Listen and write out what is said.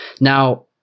now